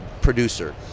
producer